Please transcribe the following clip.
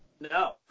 No